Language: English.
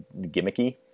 gimmicky